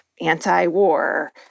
anti-war